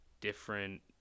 different